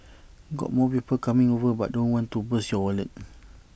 got more people coming over but don't want to bust your wallet